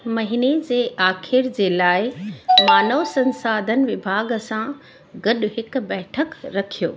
महीने जे आख़िर जे लाइ मानव संसाधन विभाॻ सां गॾु हिक बैठक रखियो